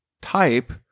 type